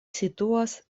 situas